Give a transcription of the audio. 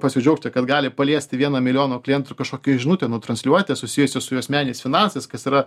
pasidžiaugti kad gali paliesti vieno milijono klientų kažkokią žinutę nutransliuoti susijusią su jų asmeniniais finansais kas yra